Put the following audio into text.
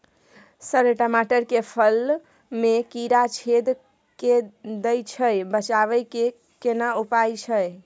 Sir टमाटर के फल में कीरा छेद के दैय छैय बचाबै के केना उपाय छैय?